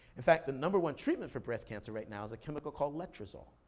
in fact, the number one treatment for breast cancer right now is a chemical called letrozole.